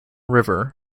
river